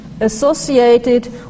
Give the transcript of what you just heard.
associated